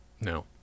no